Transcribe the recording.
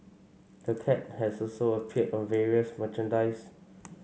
the cat has also appeared on various merchandise